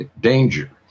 danger